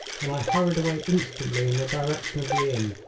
and i hurried away instantly in the direction of the inn.